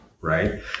Right